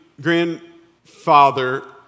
grandfather